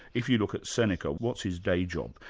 if you look at seneca, what's his day job?